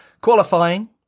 Qualifying